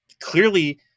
Clearly